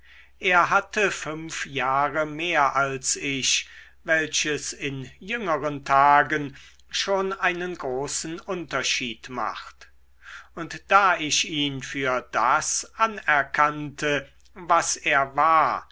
er hatte fünf jahre mehr als ich welches in jüngeren tagen schon einen großen unterschied macht und da ich ihn für das anerkannte was er war